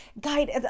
guide